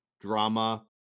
drama